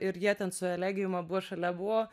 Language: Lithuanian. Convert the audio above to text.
ir jie ten su elegijum abu šalia buvo